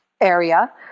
area